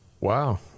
Wow